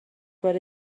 بار